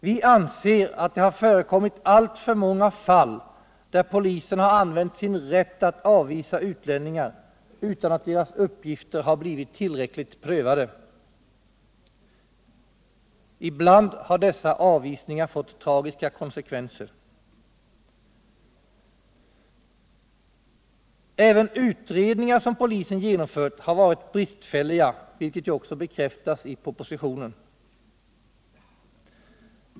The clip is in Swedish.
Vi anser att det har förekommit alltför många fall där polisen använt sin rätt att avvisa utlänningar utan att uppgifterna har blivit tillräckligt prövade. Ibland har dessa avvisningar fått tragiska konsekvenser. Även utredningar som polisen genomfört har varit bristfälliga, vilket ju också bekräftas i propositionen.